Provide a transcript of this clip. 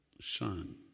son